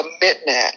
commitment